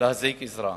להזעיק עזרה.